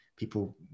people